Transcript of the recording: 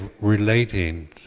relating